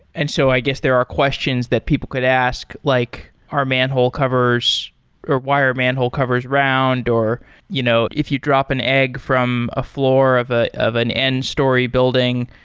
and so i guess there are questions that people could ask, like are manhole covers or why are manhole covers round, or you know if you drop an egg from a floor of ah of an n-story building,